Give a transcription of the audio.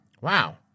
Wow